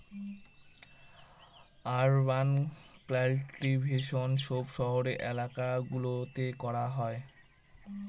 urban cultivation সব শহরের এলাকা গুলোতে করা হয়